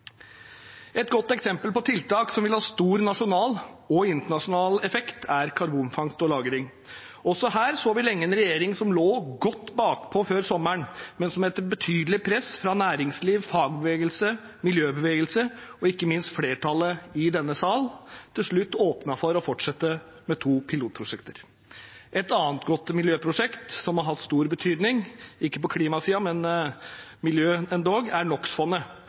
Et godt eksempel på tiltak som vil ha stor nasjonal og internasjonal effekt, er karbonfangst og -lagring. Også her så vi lenge en regjering som lå godt bakpå før sommeren, men som etter betydelig press fra næringsliv, fagbevegelse, miljøbevegelse og ikke minst flertallet i denne sal til slutt åpnet for å fortsette med to pilotprosjekter. Et annet godt miljøprosjekt som har hatt stor betydning – ikke på klimasiden, men innen miljø – er